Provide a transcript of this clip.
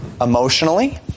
emotionally